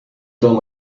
soll